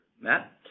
Matt